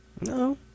No